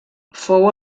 fou